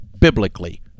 biblically